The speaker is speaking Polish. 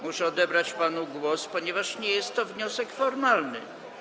Muszę odebrać panu głos, ponieważ nie jest to wniosek formalny.